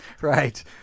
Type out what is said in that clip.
right